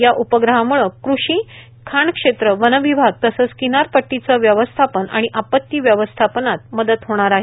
या उपग्रहाम्ळ कृषी खाण क्षेत्र वनविभाग तसंच किनारपट्टीच व्यवस्थापन आणि आपती व्यवस्थापनात मदत होणार आहे